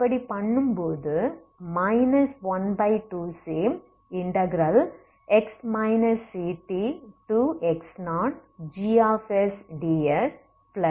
அப்படி பண்ணும்போது 12cx ctx0gsds12cx0xctgsds என்று எழுதலாம்